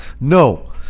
No